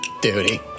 Duty